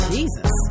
Jesus